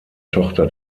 tochter